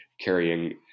carrying